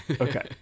Okay